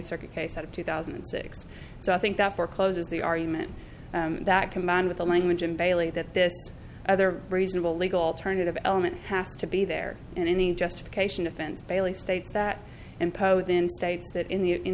circuit case out of two thousand and six so i think that forecloses the argument that command of the language in bailey that this other reasonable legal alternative element has to be there and any justification offense bailey states that imposed in states that in the in